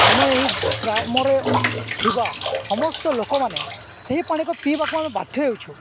ଆମେ ଏହି ଗ୍ରାମରେ ଥିବା ସମସ୍ତ ଲୋକମାନେ ସେହି ପାଣିକ ପିଇବାକୁ ଆମେ ବାଧ୍ୟ ହେଉଛୁ